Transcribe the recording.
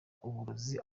uburozi